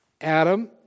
Adam